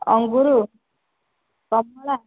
ଅଙ୍ଗୁର କମଳା